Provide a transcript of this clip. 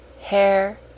hair